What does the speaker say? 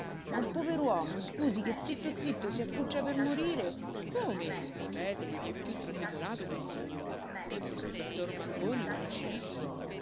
ma un pover'uomo scusi che zitto zitto si accuccia per morire come ripete vieppiù trasecolato quel signore e il dottor mangoni placidissimo